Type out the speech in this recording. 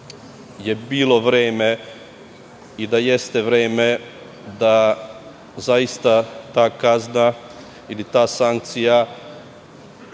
je bilo vreme i da jeste vreme da se zaista ta kazna ili ta sankcija